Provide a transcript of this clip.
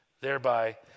Thereby